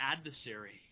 adversary